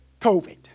COVID